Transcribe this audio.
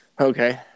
Okay